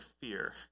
fear